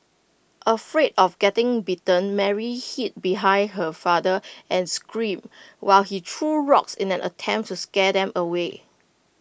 afraid of getting bitten Mary hid behind her father and screamed while he threw rocks in an attempt to scare them away